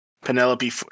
Penelope